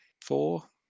Four